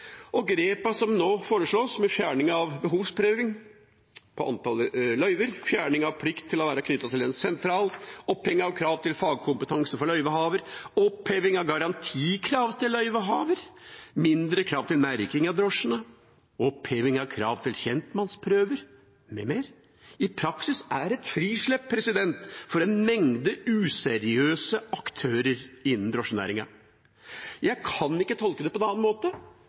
De grepene som nå foreslås – med fjerning av behovsprøving på antall løyver, fjerning av plikt til å være knyttet til en sentral, oppheving av krav til fagkompetanse for løyvehaver, oppheving av garantikrav til løyvehaver, mindre krav til merking av drosjene, oppheving av krav til kjentmannsprøven m.m. – er i praksis et frislipp for en mengde useriøse aktører innen drosjenæringa. Jeg kan ikke tolke det på noen annen måte,